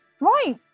Right